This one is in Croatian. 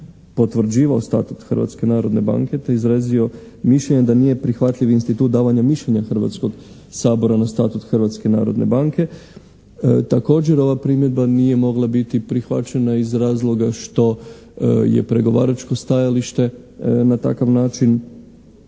potvrđivao Statut Hrvatske narodne banke te izrazio mišljenje da nije prihvatljiv institut davanja mišljenja Hrvatskog sabora na Statut Hrvatske narodne banke. Također ova primjedba nije mogla biti prihvaćena iz razloga što je pregovaračko stajalište na takav način